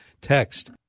text